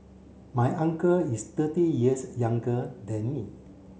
my uncle is thirty years younger than me